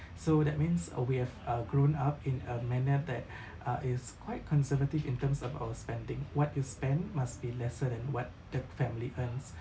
so that means uh we have uh grown up in a manner that uh is quite conservative in terms of our spending what is spent must be lesser than what the family earns